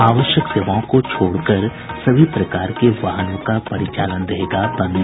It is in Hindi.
आवश्यक सेवाओं को छोड़कर सभी प्रकार के वाहनों का परिचालन रहेगा बंद